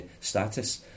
status